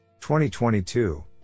2022